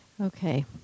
Okay